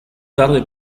tarde